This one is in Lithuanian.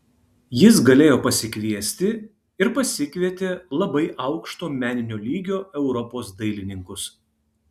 jis galėjo pasikviesti ir pasikvietė labai aukšto meninio lygio europos dailininkus